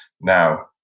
now